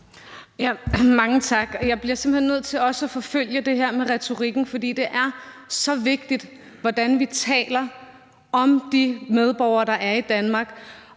Mange tak. Jeg bliver simpelt hen nødt til også at forfølge det her med retorikken, for det er så vigtigt, hvordan vi taler om de medborgere, der er i Danmark.